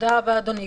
אני מתאר לעצמי,